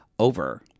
over